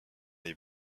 les